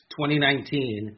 2019